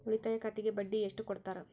ಉಳಿತಾಯ ಖಾತೆಗೆ ಬಡ್ಡಿ ಎಷ್ಟು ಕೊಡ್ತಾರ?